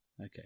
Okay